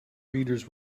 readers